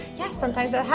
yeah, sometimes that